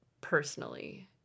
personally